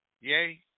Yay